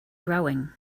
growing